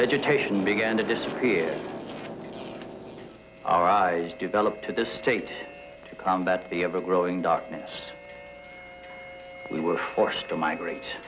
education began to disappear our eyes developed to the state to combat the ever growing dockets we were forced to migrate